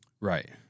Right